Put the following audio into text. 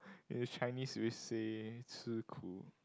in Chinese we say 吃苦:chi ku</mandarin